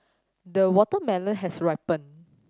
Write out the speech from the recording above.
the watermelon has ripened